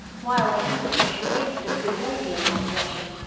while they had the precious gift of a good lady in their possession,